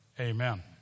amen